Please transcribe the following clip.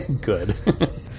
good